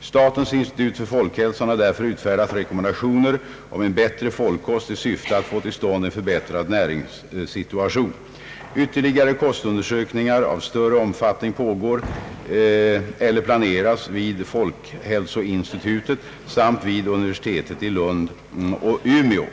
Statens institut för folkhälsan har därför utfärdat rekommendationer om en bättre folkkost i syfte att få till stånd en förbättrad näringssituation. Ytterligare kostundersökningar av större omfattning pågår eller planeras vid folkhälsoinstitutet samt vid universiteten i Lund och Umeå.